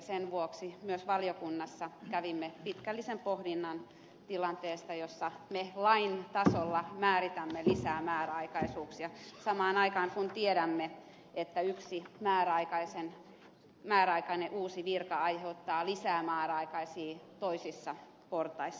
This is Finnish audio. sen vuoksi myös valiokunnassa kävimme pitkällisen pohdinnan tilanteesta jossa me lain tasolla määritämme lisää määräaikaisuuksia samaan aikaan kun tiedämme että yksi määräaikainen uusi virka aiheuttaa lisää määräaikaisia toisissa portaissa